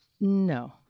No